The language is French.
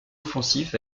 offensif